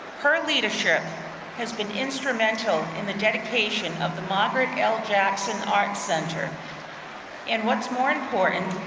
her leadership has been instrumental in the dedication of the moderate l. jackson art center and what's more important,